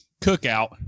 cookout